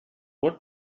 what